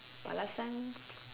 but last time